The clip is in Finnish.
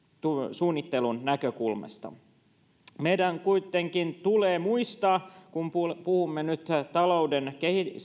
suunnittelun näkökulmasta meidän kuitenkin tulee muistaa kun puhumme nyt talouden